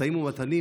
משאים ומתנים,